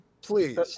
please